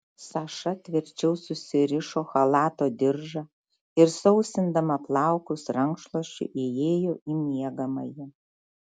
saša tvirčiau susirišo chalato diržą ir sausindama plaukus rankšluosčiu įėjo į miegamąjį